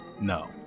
No